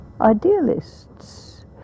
Idealists